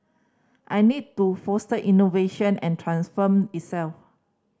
I need to foster innovation and transform itself